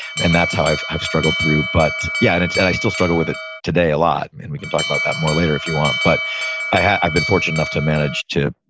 and that's how i've i've struggled through, but yeah and i still struggle with it today a lot. and we can talk about that more later if you want. but i've been fortunate enough to manage to,